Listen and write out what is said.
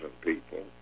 people